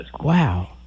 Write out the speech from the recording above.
Wow